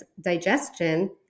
digestion